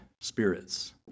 spirits